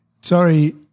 Sorry